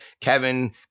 Kevin